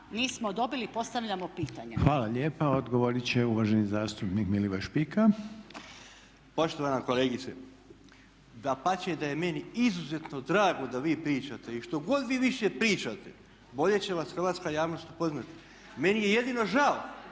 **Reiner, Željko (HDZ)** Hvala lijepa. Odgovorit će uvaženi zastupnik Milivoj Špika. **Špika, Milivoj (BUZ)** Poštovana kolegice dapače da je meni izuzetno drago da vi pričate. I štogod vi više pričate bolje će vas hrvatska javnost upoznati. Meni je jedino žao